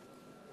חברי חברי הכנסת,